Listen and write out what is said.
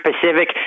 Pacific